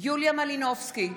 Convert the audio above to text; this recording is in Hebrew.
יוליה מלינובסקי,